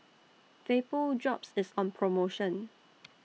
Vapodrops IS on promotion